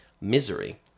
Misery